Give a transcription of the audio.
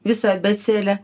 visą abėcėlę